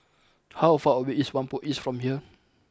how far away is Whampoa East from here